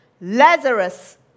Lazarus